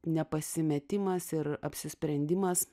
nepasimetimas ir apsisprendimas